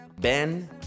Ben